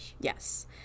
Yes